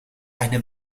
eine